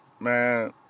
Man